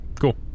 Cool